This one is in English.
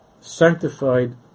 Sanctified